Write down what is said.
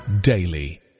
daily